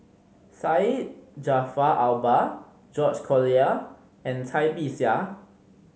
Syed Jaafar Albar George Collyer and Cai Bixia